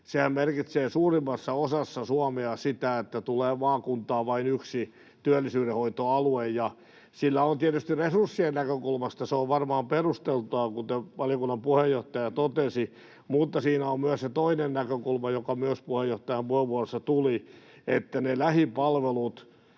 Sehän merkitsee suurimmassa osassa Suomea sitä, että maakuntaan tulee vain yksi työllisyydenhoitoalue. Se on tietysti resurssien näkökulmasta varmaan perusteltua, kuten valiokunnan puheenjohtaja totesi, mutta siinä on myös se toinen näkökulma, joka puheenjohtajan puheenvuorossa myös tuli, että ne lähipalvelut